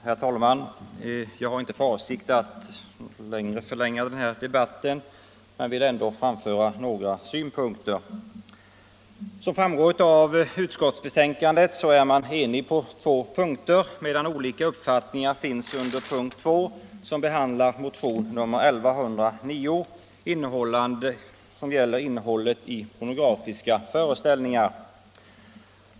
Herr talman! Jag har inte för avsikt att nämnvärt förlänga den här debatten, men jag vill ändå framföra några synpunkter. Såsom framgår av utskottsbetänkandet råder enighet på två punkter, medan olika uppfattningar finns under punkten 2, som behandlar motionen 1109, vilken gäller innehållet i pornografiska föreställningar.